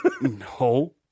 No